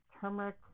turmeric